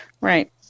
Right